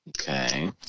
Okay